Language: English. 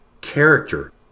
character